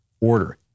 order